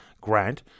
grant